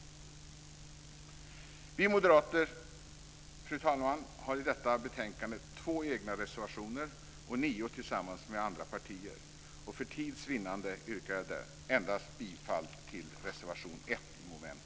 Vi moderater, fru talman, har i detta betänkande två egna reservationer och nio tillsammans med andra partier. För tids vinnande yrkar jag bifall endast till reservation 1 under mom. 1.